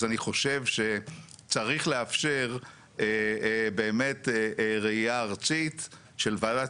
אז אני חושב שצריך לאפשר באמת ראיה ארצית של ועדת